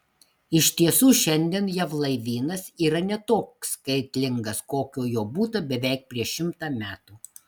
iš tiesų šiandien jav laivynas yra ne toks skaitlingas kokio jo būta beveik prieš šimtą metų